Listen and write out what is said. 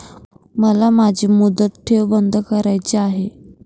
मला माझी मुदत ठेव बंद करायची आहे